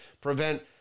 prevent